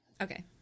Okay